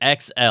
XL